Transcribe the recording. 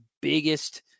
biggest